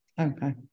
okay